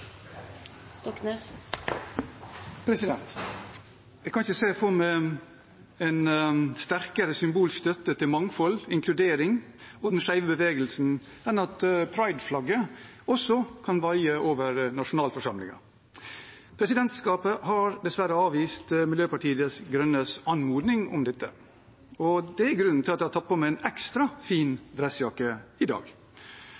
omme. Jeg kan ikke se for meg en sterkere symbolsk støtte til mangfold, inkludering og den skeive bevegelsen enn at Pride-flagget også kan vaie over nasjonalforsamlingen. Presidentskapet har dessverre avvist Miljøpartiet De Grønnes anmodning om dette. Det er grunnen til at jeg har tatt på meg en ekstra